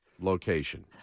location